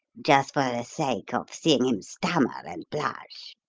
just for the sake of seeing him stammer and blush!